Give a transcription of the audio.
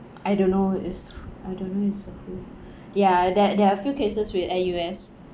I don't know is f~ I don't know is a few ya there're there are a few cases with N_U_S